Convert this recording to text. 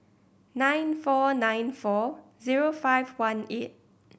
nine four nine four zero five one eight